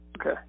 Okay